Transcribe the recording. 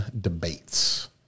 debates